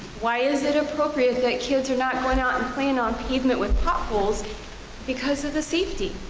why is it appropriate that kids are not going out and playing on pavement with potholes because of the safety?